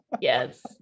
Yes